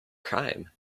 crime